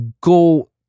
go